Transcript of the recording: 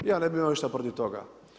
Ja ne bih imao ništa protiv toga.